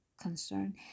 concern